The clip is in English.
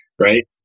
right